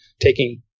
taking